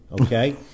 okay